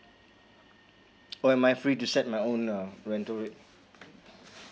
or am I free to set my own uh rental rate